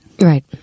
Right